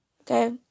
Okay